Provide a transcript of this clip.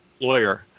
lawyer